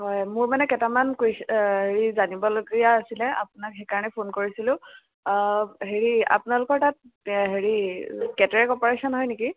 হয় মোৰ মানে কেইটামান কোৱেশ্যন হেৰি জানিবলগীয়া আছিলে আপোনাক সেইকাৰণে ফোন কৰিছিলো হেৰি আপোনালোকৰ তাত হেৰি কেটেৰেক্ট অপাৰেশ্যন হয় নেকি